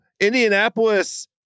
Indianapolis